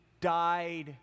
died